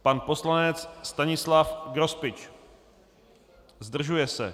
Pan poslanec Stanislav Grospič: Zdržuje se.